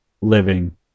living